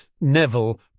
Neville